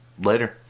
Later